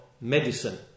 medicine